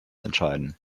entscheiden